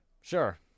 sure